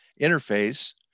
interface